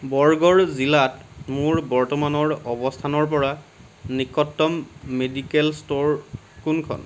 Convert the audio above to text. বৰগড় জিলাত মোৰ বৰ্তমানৰ অৱস্থানৰপৰা নিকটতম মেডিকেল ষ্ট'ৰ কোনখন